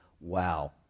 Wow